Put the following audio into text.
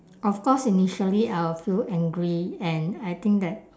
of course initially I'll feel angry and I think that